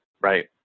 Right